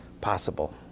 possible